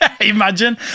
Imagine